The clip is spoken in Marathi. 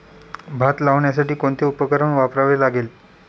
भात लावण्यासाठी कोणते उपकरण वापरावे लागेल?